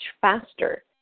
faster